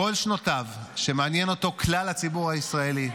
כל שנותיו, שמעניין אותו כלל הציבור הישראלי.